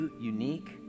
unique